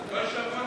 כל שבוע תגיד את זה?